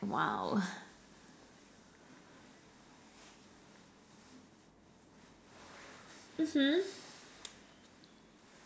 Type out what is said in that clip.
mmhmm